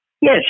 Yes